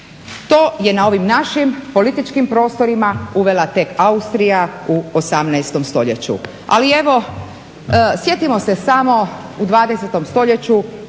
To je na ovim našim političkim prostorima uvela tek Austrija u 18. stoljeću. Ali evo sjetimo se samo u 20. stoljeću